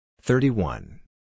thirty-one